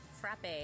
frappe